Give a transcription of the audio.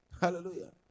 Hallelujah